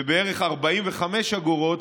ובערך 45 אגורות,